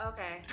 Okay